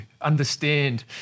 understand